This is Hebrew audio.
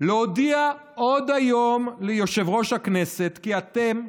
להודיע עוד היום ליושב-ראש הכנסת שאתם,